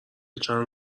چند